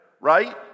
right